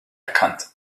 erkannt